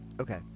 okay